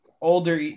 older